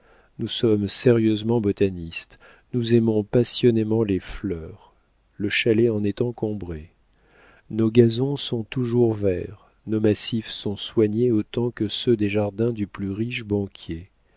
nous sommes sérieusement botanistes nous aimons passionnément les fleurs le chalet en est encombré nos gazons sont toujours verts nos massifs sont soignés autant que ceux des jardins du plus riche